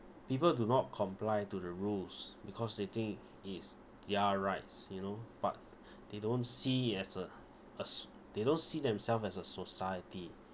people do not comply to the rules because they think is their rights you know but they don't see as a us they don't see themselves as a society